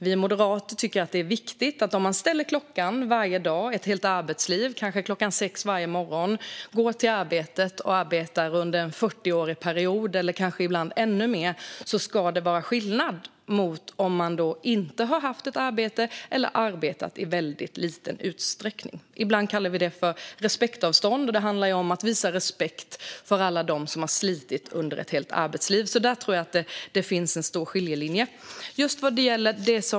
Om man varje dag under 40 år eller ännu längre ställer sin klocka, kanske på klockan 6 varje morgon, och går till arbetet så ska det innebära en skillnad i förhållande till den som inte har haft ett arbete eller arbetat i väldigt liten utsträckning. Det tycker vi moderater är viktigt. Ibland kallar vi detta för respektavstånd. Det handlar om att visa respekt för alla dem som har slitit under ett helt arbetsliv. Där tror jag att det finns en stor skiljelinje.